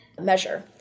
measure